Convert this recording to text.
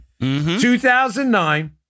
2009